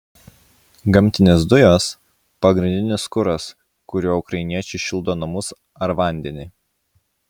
gamtinės dujos pagrindinis kuras kuriuo ukrainiečiai šildo namus ar vandenį